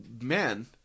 man